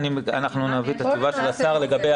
אנחנו נביא את תשובת השר.